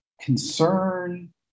concern